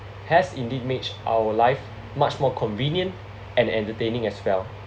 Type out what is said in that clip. has indeed made our life much more convenient and entertaining as well